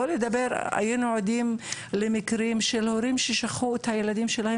היינו עדים להורים ששכחו את הילדים שלהם